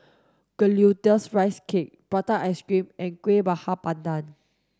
glutinous rice cake prata ice cream and Kueh Bakar Pandan